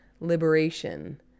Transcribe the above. liberation